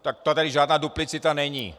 Tak tady žádná duplicita není.